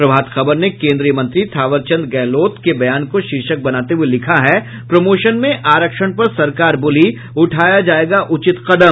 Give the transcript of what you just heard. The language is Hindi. प्रभात खबर ने केन्द्रीय मंत्री थावर चंद गहलोत के बयान को शीर्षक बनाते हुए लिखा है प्रमोशन में आरक्षण पर सरकार बोली उठाया जायेगा उचित कदम